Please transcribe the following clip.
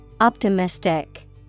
optimistic